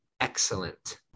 excellent